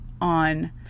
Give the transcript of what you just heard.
on